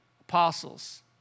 apostles